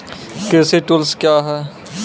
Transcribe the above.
कृषि टुल्स क्या हैं?